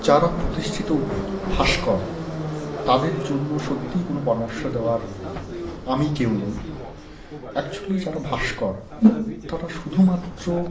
যারা প্রতিষ্ঠিত ভাস্কর তাদের জন্য সত্যিই কোনো পরামর্শ দেওয়ার আমি কেউ নই অ্যাকচুয়ালি যারা ভাস্কর তারা শুধুমাত্র